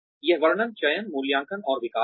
यह वर्णन चयन मूल्यांकन और विकास है